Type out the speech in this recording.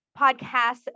podcasts